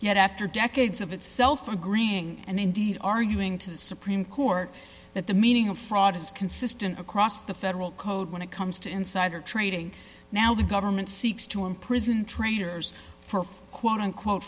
yet after decades of itself agreeing and indeed arguing to the supreme court that the meaning of fraud is consistent across the federal code when it comes to insider trading now the government seeks to imprison traders for quote unquote